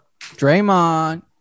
Draymond